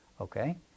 Okay